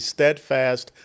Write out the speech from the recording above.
Steadfast